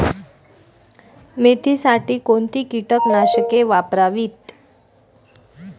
मेथीसाठी कोणती कीटकनाशके वापरावी?